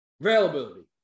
availability